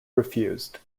refused